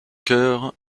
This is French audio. chœur